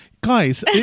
Guys